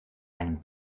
einem